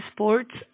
Sports